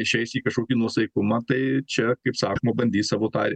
išeis į kažkokį nuosaikumą tai čia kaip sakoma bandys savo tą